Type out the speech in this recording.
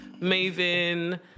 Maven